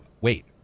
wait